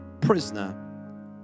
prisoner